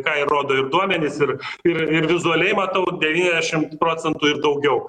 ką įrodo ir duomenys ir ir ir vizualiai matau devyniasdešim procentų ir daugiau